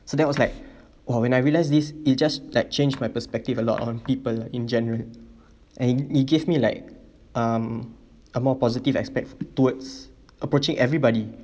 so that was like !wah! when I realise this it just like changed my perspective a lot on people lah in general and it gave me like um a more positive aspects towards approaching everybody